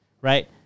right